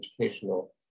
educational